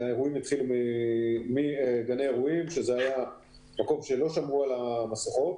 אנחנו רואים שזה התחיל מאירוע שלא הקפידו בו על כללי הריחוק הנדרשים,